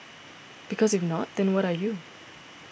because if not then what are you